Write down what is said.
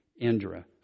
Indra